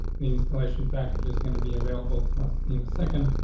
the installation package is going to be available to us in a second.